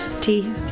Tea